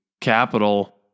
capital